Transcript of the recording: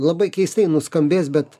labai keistai nuskambės bet